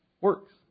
works